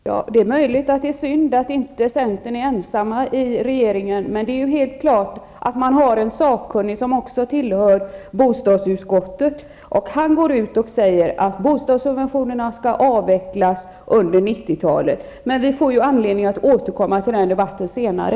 Herr talman! Det är möjligt att det är synd att centern inte är ensam i regeringen, men man har en sakkunnig som också tillhör bostadsutskottet, och han går ut och säger att bostadssubventionerna skall avvecklas under 90 talet. Vi får anledning att återkomma till den debatten senare.